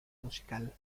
musical